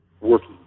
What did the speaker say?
working